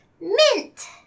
Mint